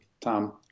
Tom